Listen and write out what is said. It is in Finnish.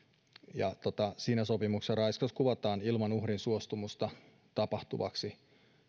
ja siinä sopimuksessa raiskaus kuvataan ilman uhrin suostumusta tapahtuvaksi